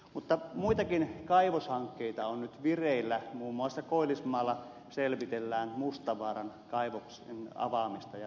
mutta muitakin kaivoshankkeita on nyt vireillä muun muassa koillismaalla selvitellään mustavaaran kaivoksen avaamista jälleen uudelleen